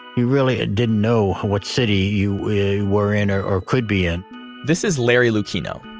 you really ah didn't know what city you were in or or could be in this is larry lucchino.